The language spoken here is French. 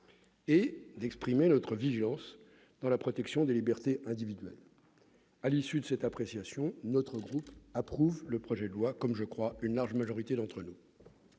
et d'exprimer notre vigilance dans la protection des libertés individuelles. À l'issue de cette appréciation, notre groupe approuve le projet de loi, comme, je crois, une large majorité d'entre nous.